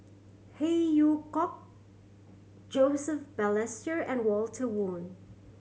Phey Yew Kok Joseph Balestier and Walter Woon